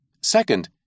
Second